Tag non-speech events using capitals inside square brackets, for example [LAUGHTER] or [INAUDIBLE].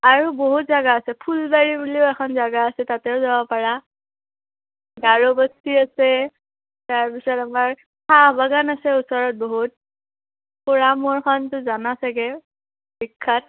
আৰু বহুত জাগা আছে ফুলবাৰী বুলিও এখন জাগা আছে তাতেও যাব পাৰা গাৰোবস্তি আছে তাৰপিছত আমাৰ চাহ বাগান আছে ওচৰত বহুত [UNINTELLIGIBLE] বিখ্যাত